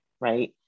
right